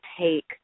take